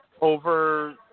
over